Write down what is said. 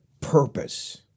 Purpose